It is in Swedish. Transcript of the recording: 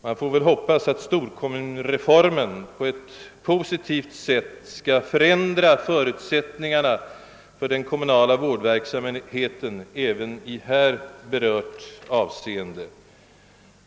Man får väl hoppas att storkommunreformen på ett positivt sätt skall förändra förutsättningarna för den kommunala vårdverksamheten även i nu berört avseende.